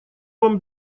вам